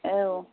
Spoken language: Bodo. औ